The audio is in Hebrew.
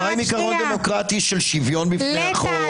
מה עם עיקרון דמוקרטי של שוויון בפני החוק,